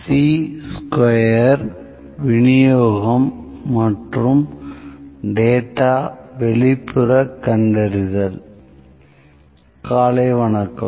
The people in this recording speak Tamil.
சீ ஸ்கொயர் விநியோகம் மற்றும் டேட்டா வெளிப்புற கண்டறிதல் காலை வணக்கம்